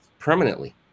permanently